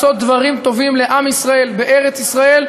באנו לעשות דברים טובים לעם ישראל בארץ-ישראל,